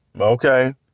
okay